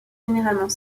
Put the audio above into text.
généralement